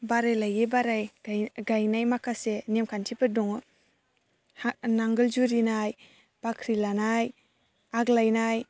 बाराय लायै बाराय गायनाय माखासे नेमखान्थिफोर दङ नांगोल जुरिनाय बाख्रि लानाय आग लायनाय